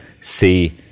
see